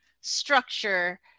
structure